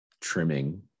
trimming